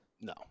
No